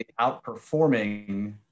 outperforming